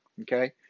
Okay